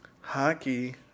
hockey